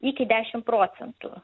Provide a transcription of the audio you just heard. iki dešim procentų